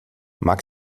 mag